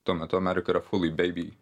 tuo metu amerika yra fully baby